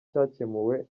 cyakemuwe